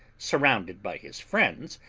surrounded by his friends,